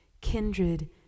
kindred